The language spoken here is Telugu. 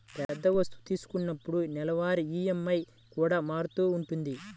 పెద్ద వస్తువు తీసుకున్నప్పుడు నెలవారీ ఈఎంఐ కూడా మారుతూ ఉంటది